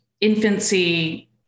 infancy